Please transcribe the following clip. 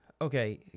okay